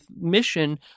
mission